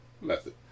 Method